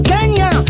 Kenya